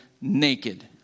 naked